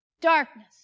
Darkness